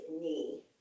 knee